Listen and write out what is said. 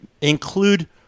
Include